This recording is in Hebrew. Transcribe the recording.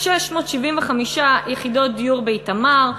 675 יחידות דיור באיתמר,